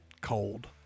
cold